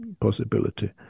possibility